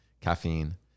caffeine